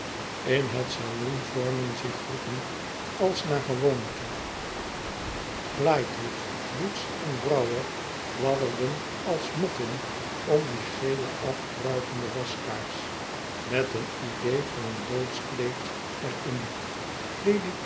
in het salon vormen zich groepen als naar gewoonte lightwood boots en brouwer fladderden als motten om die gele afdruipende waskaars met een idee van een doodskleed er